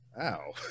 Ow